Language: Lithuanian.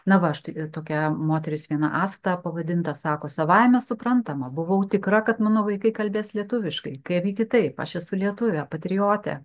na va štai tokia moteris viena asta pavadinta sako savaime suprantama buvau tikra kad mano vaikai kalbės lietuviškai kaipgi kitaip aš esu lietuvė patriotė